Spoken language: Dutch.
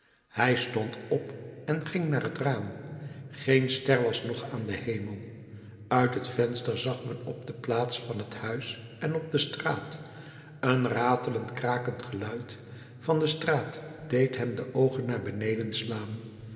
hij stond op en ging naar t raam geen ster was nog aan den hemel uit het venster zag men op de plaats van het huis en op de straat een ratelend krakend geluid van de straat deed hem de oogen naar beneden slaan